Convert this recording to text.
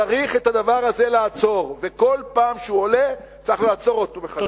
צריך לעצור את הדבר הזה,